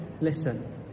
listen